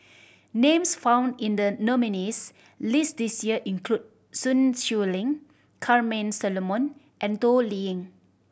names found in the nominees' list this year include Sun Xueling Charmaine Solomon and Toh Liying